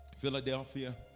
Philadelphia